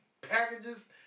packages